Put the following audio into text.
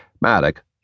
Maddock